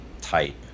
type